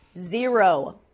zero